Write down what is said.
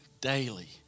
daily